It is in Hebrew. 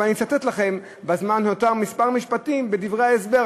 ואני אצטט לכם בזמן הנותר כמה משפטים מדברי ההסבר,